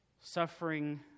Suffering